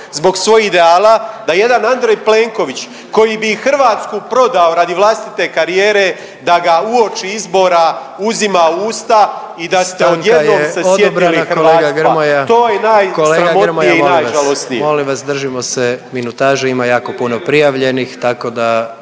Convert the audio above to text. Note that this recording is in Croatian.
zbog svojih ideala, da jedan Andrej Plenković koji bi i Hrvatsku prodao radi vlastite karijere da ga uoči izbora uzima u usta i da ste odjednom se sjetili hrvatska. …/Upadica predsjednik: